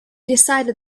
decided